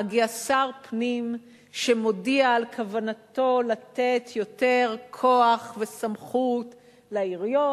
מגיע שר פנים ומודיע על כוונתו לתת יותר כוח וסמכות לעיריות,